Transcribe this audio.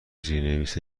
زیرنویس